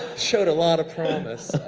showed a lot of promise.